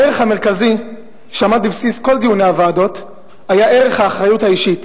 הערך המרכזי שעמד בבסיס כל דיוני הוועדות היה ערך האחריות האישית.